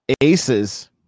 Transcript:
ACEs